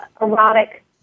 erotic